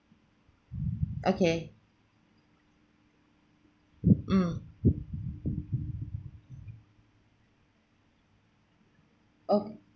okay mm oh